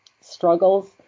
struggles